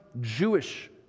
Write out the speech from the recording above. Jewish